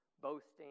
boasting